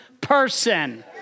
person